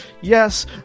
Yes